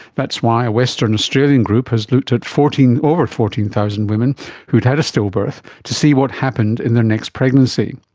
that's why a western australian group has looked at over fourteen thousand women who've had a stillbirth to see what happened in their next pregnancy.